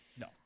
No